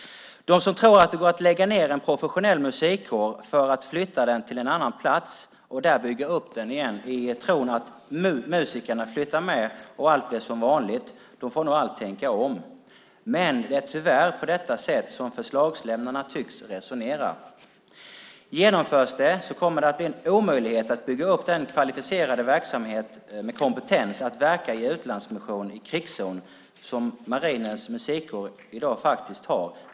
De som tror att det går att lägga ned en professionell musikkår för att flytta den till en annan plats och där bygga upp den igen i tron att musikerna flyttar med och allt blir som vanligt får nog allt tänka om. Men det är tyvärr på detta sätt som förslagslämnarna tycks resonera. Om detta genomförs kommer det att bli en omöjlighet att bygga upp den kvalificerade verksamhet med kompetens att verka i utlandsmission i krigszon som Marinens musikkår i dag har.